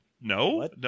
no